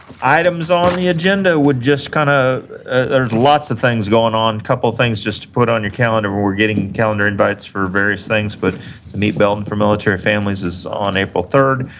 items on the agenda would just kind of there's lots of things going on a couple of things just to put on your calendar, where we're getting calendar invites for various things, but the meet belton for military families is on april third.